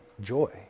joy